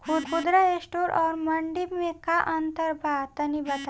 खुदरा स्टोर और मंडी में का अंतर बा तनी बताई?